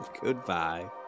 Goodbye